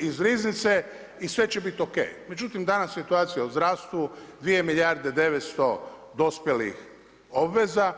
iz riznice i sve će biti o.k. Međutim, danas je situacija u zdravstvu 2 milijarde 900 dospjelih obveza.